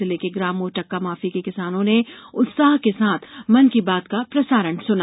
जिले के ग्राम मोरटक्का माफी के किसानों ने उत्साह के साथ मन की बात प्रसारण सुना